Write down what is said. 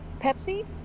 Pepsi